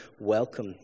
welcome